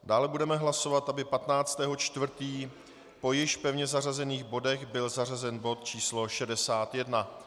Dále budeme hlasovat, aby 15. 4. po již pevně zařazených bodech byl zařazen bod číslo 61.